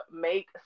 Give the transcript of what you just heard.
make